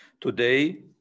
Today